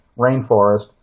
rainforest